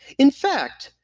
in fact,